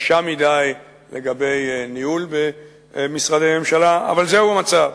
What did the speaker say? קשה מדי לגבי ניהול במשרדי ממשלה, אבל זה המצב,